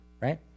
right